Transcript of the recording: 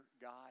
God